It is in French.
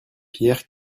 pierre